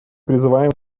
призываем